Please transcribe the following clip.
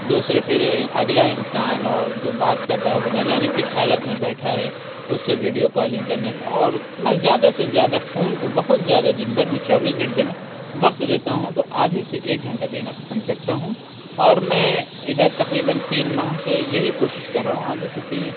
دوسری پھر اگلا انسان اور جو بات کر رہا ہے وہ نہ جانے کس حالت میں بیٹھا ہے اُس سے ویڈیو کالنگ کرنے میں اور میں زیادہ سے زیادہ فون کو بہت زیادہ دِن بھر میں چوبیس گھنٹے میں وقت دیتا ہوں تو آدھے ایک گھنٹہ دینا پسند کرتا ہوں اور میں اِدھر تقریباً تین ماہ سے یہی کوشش کر رہا ہوں آگے سے تین